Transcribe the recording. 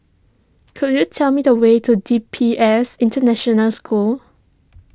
could you tell me the way to D P S International School